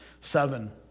seven